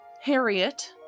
Harriet